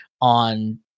on